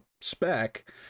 spec